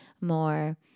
more